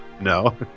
No